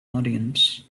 audience